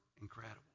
incredible